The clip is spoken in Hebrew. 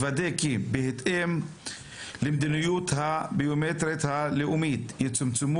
לוודא כי בהתאם למדיניות הביומטרית הלאומית יצומצמו